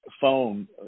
phone